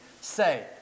say